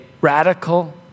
radical